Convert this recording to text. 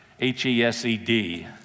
H-E-S-E-D